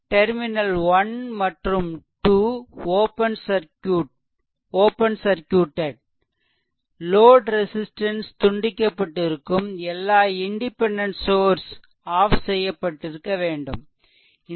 terminal 1மற்றும் 2 open circuited load resistance துண்டிக்கப்பட்டிருக்கும் எல்லா இண்டிபெண்டென்ட் சோர்ஸ் ஆஃப் செய்யப்பட்டிருக்க வேண்டும் இந்த 4